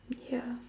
ya